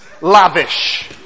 lavish